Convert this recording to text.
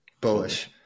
bullish